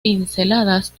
pinceladas